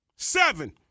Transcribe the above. Seven